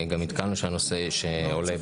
עדכנו גם שהנושא עולה,